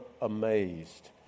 amazed